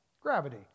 gravity